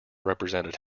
represented